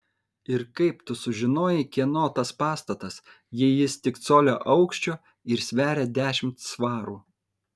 ir kaip tu sužinojai kieno tas pastatas jei jis tik colio aukščio ir sveria dešimt svarų